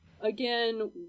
Again